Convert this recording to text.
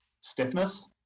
stiffness